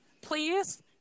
please